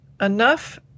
Enough